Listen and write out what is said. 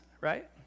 right